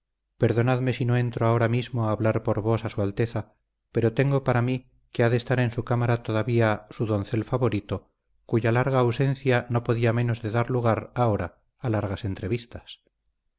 perdonadme si no entro ahora mismo a hablar por vos a su alteza pero tengo para mí que ha de estar en su cámara todavía su doncel favorito cuya larga ausencia no podía menos de dar lugar ahora a largas entrevistas